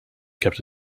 kept